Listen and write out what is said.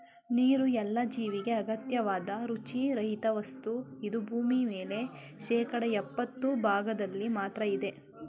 ನೀರುಎಲ್ಲ ಜೀವಿಗೆ ಅಗತ್ಯವಾದ್ ರುಚಿ ರಹಿತವಸ್ತು ಇದು ಭೂಮಿಮೇಲೆ ಶೇಕಡಾ ಯಪ್ಪತ್ತು ಭಾಗ್ದಲ್ಲಿ ಮಾತ್ರ ಇದೆ